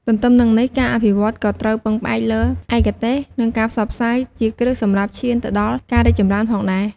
ទន្ទឹមនិងនេះ ការអភិវឌ្ឍន៍ក៏ត្រូវពឹងផ្អែកលើឯកទេស និងការផ្សព្វផ្សាយជាគ្រឹះសម្រាប់ឈានទៅដល់ការរីកចម្រើនផងដែរ។